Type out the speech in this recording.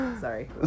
Sorry